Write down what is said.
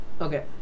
okay